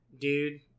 dude